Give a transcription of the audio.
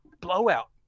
blowout